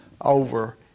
over